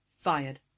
Fired